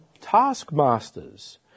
taskmasters